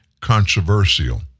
controversial